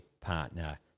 partner